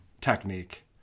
technique